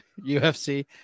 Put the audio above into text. UFC